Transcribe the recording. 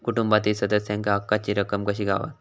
कुटुंबातील सदस्यांका हक्काची रक्कम कशी गावात?